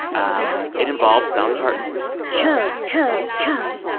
um it involves dolly parton chug, chug, chug.